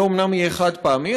זה אומנם יהיה חד-פעמי,